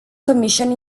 commission